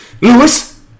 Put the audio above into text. Lewis